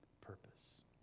purpose